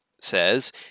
says